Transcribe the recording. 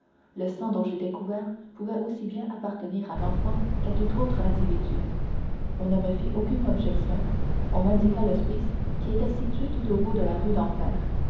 le sang dont j'étais couvert pouvait aussi bien appartenir à l'enfant qu'à tout autre individu on ne me fit aucune objection on m'indiqua l'hospice qui était situé tout au bout de la rue d'enfer